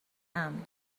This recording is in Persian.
امن